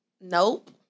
Nope